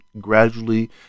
gradually